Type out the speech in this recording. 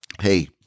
hey